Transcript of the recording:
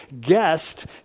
guest